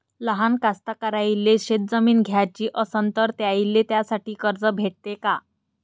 लहान कास्तकाराइले शेतजमीन घ्याची असन तर त्याईले त्यासाठी कर्ज भेटते का?